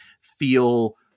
feel